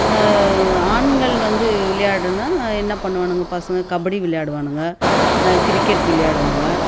ஆண்கள் வந்து விளையாடுனால் என்ன பண்ணுவானுங்க பசங்க கபடி விளையாடுவானுங்க கிரிக்கெட் விளையாடுவாங்க